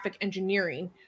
engineering